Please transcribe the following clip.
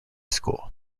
school